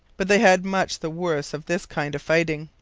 but they had much the worse of this kind of fighting.